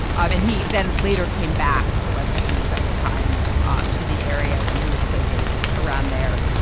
and he then later came back to west virginia several times um to the area when he would play dates around there.